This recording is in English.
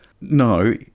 No